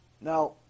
Now